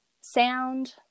sound